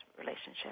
relationship